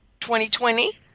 2020